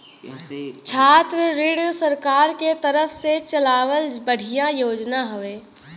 छात्र ऋण सरकार के तरफ से चलावल बढ़िया योजना हौवे